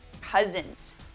Cousins